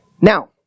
Now